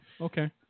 okay